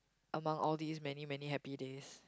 among all these many many happy days